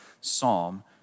Psalm